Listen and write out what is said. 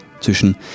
zwischen